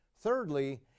Thirdly